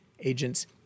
agents